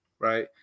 Right